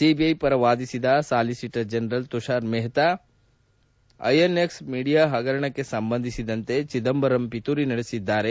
CBI ಪರ ವಾದಿಸಿದ solicitor general Tushar Mehta INX media ಹಗರಣಕ್ಕೆ ಸಂಬಂಧಿಸಿದಂತೆ ಚಿದಂಬರಂ ಪಿತೂರಿ ನಡೆಸಿದ್ದಾರೆ